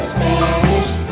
Spanish